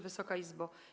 Wysoka Izbo!